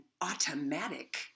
automatic